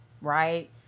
right